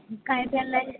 काय चाललं आहे